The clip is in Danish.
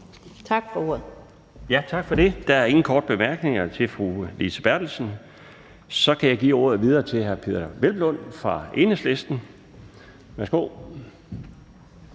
(Bjarne Laustsen): Tak for det. Der er ingen korte bemærkninger til fru Lise Bertelsen. Så kan jeg give ordet videre til hr. Peder Hvelplund fra Enhedslisten. Værsgo.